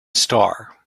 star